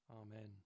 Amen